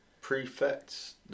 Prefects